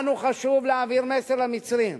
לנו חשוב להעביר מסר למצרים,